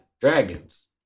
dragons